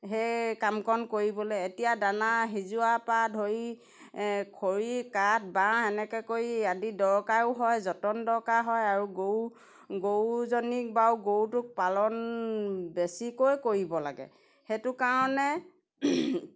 সেই কামকণ কৰিবলৈ এতিয়া দানা সিজোৱা পা ধৰি খৰি কাঠ বাঁহ এনেকৈ কৰি আদি দৰকাৰো হয় যতন দৰকাৰ হয় আৰু গৰু গৰুজনীক বাৰু গৰুটোক পালন বেছিকৈ কৰিব লাগে সেইটো কাৰণে